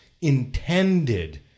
intended